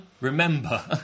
remember